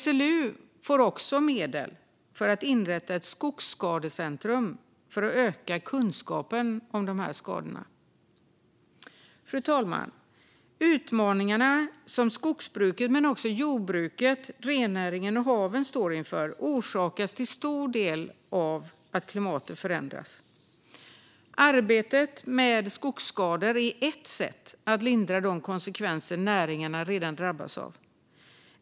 SLU får också medel för att inrätta ett skogsskadecentrum som ska öka kunskapen om dessa skador. Fru talman! Utmaningarna som skogsbruket, jordbruket, rennäringen och haven står inför orsakas till stor del av att klimatet förändras. Arbetet med skogsskador är ett sätt att lindra de konsekvenser näringarna redan drabbats av.